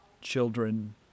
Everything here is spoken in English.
children